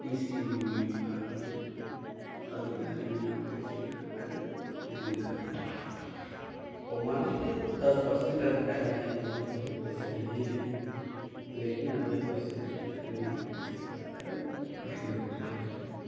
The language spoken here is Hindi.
किसी भी विभाग में अधिकारी बिना पैसे का कार्य नहीं कर रहा है वह मान लीजिए दस परसेंट अधिकारी हैं जो कि अभी पैसे नहीं ले रहे हैं लेकिन नब्बे परसेंट अधिकारी बिना पैसे का कार्य नहीं कर रहे हैं